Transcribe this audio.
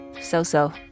so-so